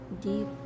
deep